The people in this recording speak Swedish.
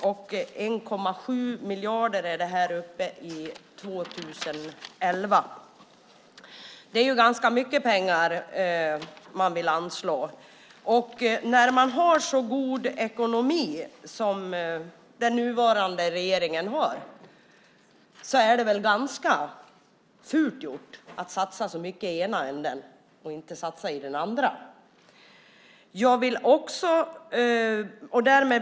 1,7 miljarder är det uppe i år 2011. Det är ganska mycket pengar man vill anslå. Därför är det ganska fult att, när man har så god ekonomi som den nuvarande regeringen har, satsa så mycket i den ena änden och inte satsa i den andra änden.